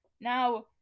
Now